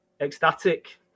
Ecstatic